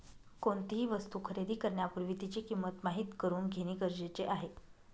कोणतीही वस्तू खरेदी करण्यापूर्वी तिची किंमत माहित करून घेणे गरजेचे आहे